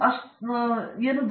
professor